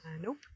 nope